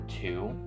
two